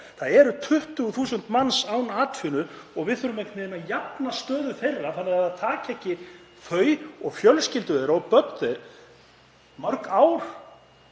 Það eru 20.000 manns án atvinnu og við þurfum einhvern veginn að jafna stöðu þeirra þannig að það taki ekki þau og fjölskyldur þeirra og börn mörg ár